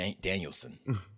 Danielson